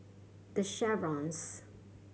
The Chevrons